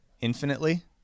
Infinitely